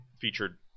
featured